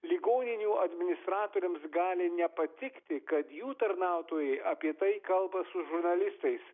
ligoninių administratoriams gali nepatikti kad jų tarnautojai apie tai kalba su žurnalistais